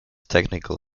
technical